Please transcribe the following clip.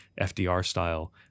FDR-style